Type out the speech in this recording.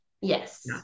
Yes